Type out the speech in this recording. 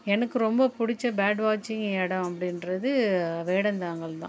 எனக்கு ரொம்ப பிடிச்ச பேர்டு வாட்ச்சிங் இடம் அப்படின்றது வேடந்தாங்கள் தான்